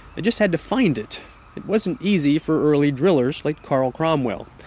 they just had to find it it wasn't easy for early drillers like carl cromwell.